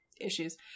Issues